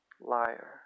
liar